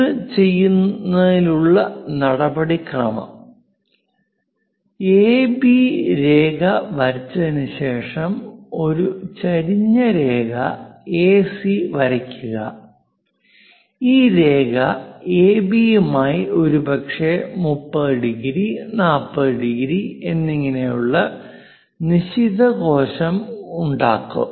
ഇത് ചെയ്യുന്നതിനുള്ള നടപടിക്രമം എബി രേഖ വരച്ചതിനുശേഷം ഒരു ചെരിഞ്ഞ രേഖ എസി വരയ്ക്കുക ഈ രേഖ എബി യുമായി ഒരുപക്ഷേ 30 ഡിഗ്രി 40 ഡിഗ്രി എന്നിങ്ങനെയുള്ള നിശിതകോശം ഉണ്ടാക്കും